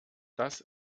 das